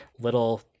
little